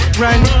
run